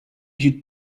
you